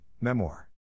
Memoir